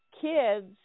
kids